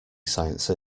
science